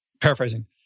paraphrasing